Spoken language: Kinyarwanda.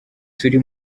turi